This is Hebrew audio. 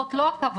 זאת לא הכוונה,